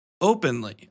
openly